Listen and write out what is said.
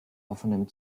offenem